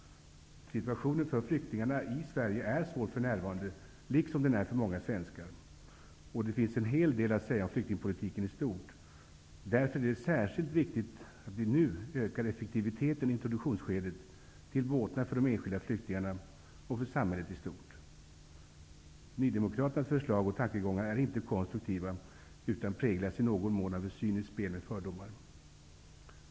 Situationen för flyktingar i Sverige, liksom för många svenskar, är svår för närvarande. Det finns en hel del att säga om flyktingpolitiken i stort. Därför är det särskilt viktigt att vi nu ökar effektiviteten i introduktionsskedet, till båtnad för de enskilda flyktingarna och för samhället i stort. Nydemokraternas förslag och tankegångar är inte konstruktiva utan präglas i någon mån av ett cyniskt spel med fördomar.